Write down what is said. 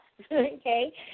okay